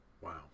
Wow